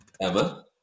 Emma